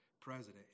president